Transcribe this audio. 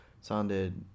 sounded